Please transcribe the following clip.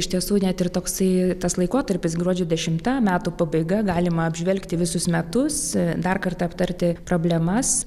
iš tiesų net ir toksai tas laikotarpis gruodžio dešimta metų pabaiga galima apžvelgti visus metus dar kartą aptarti problemas